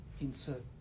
insert